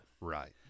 Right